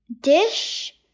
Dish